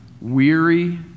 weary